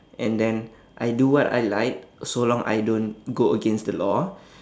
and then I do what I like so long I don't go against the law